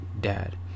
dad